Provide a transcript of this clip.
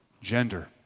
Gender